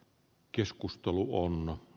keskustelu vuonna